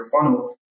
funnel